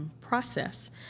Process